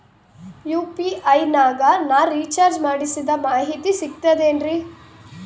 UPI ನಾಗ ನಾ recharge ಮಾಡಿಸಿದ ಮಾಹಿತಿ ಸಿಕ್ತದೆ ಏನ್ರಿ?